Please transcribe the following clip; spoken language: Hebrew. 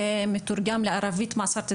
אם זה מתורגם לערבית 'מעסרת א-זיתון',